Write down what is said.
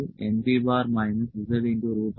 L np L